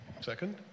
Second